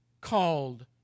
called